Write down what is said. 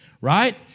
right